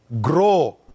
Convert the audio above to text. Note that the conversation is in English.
Grow